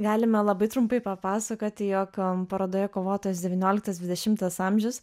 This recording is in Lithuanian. galime labai trumpai papasakoti jog parodoje kovotojos devynioliktas dvidešimtas amžius